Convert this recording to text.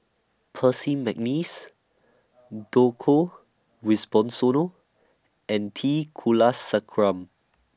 Percy Mcneice Djoko and T Kulasekaram